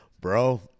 bro